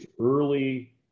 early